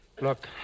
Look